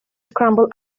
scramble